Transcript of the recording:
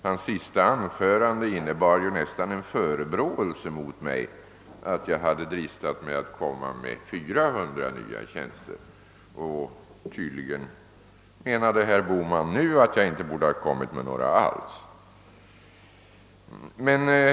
Hans sista anförande innebär dock nästan en förebråelse mot mig för att jag hade dristat mig att föreslå 400 nya tjänster, och nu menade tydligen herr Bohman att jag inte alls borde ha föreslagit några nya sådana.